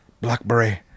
blackberry